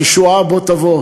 הישועה בוא תבוא.